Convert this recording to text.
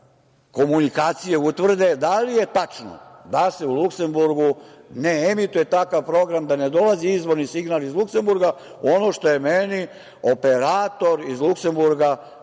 komunikacijom utvrde da li je tačno da se u Luksemburgu ne emituje takav program, da ne dolazi izvorni signal iz Luksemburga, ono što je meni operator iz Luksemburga